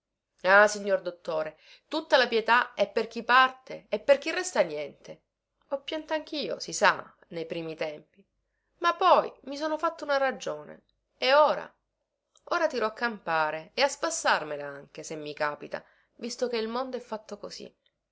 ah signor dottore tutta la pietà è per chi parte e per chi resta niente ho pianto anchio si sa nei primi tempi ma poi mi sono fatta una ragione e ora ora tiro a campare e a spassarmela anche se mi capita visto che il mondo è fatto così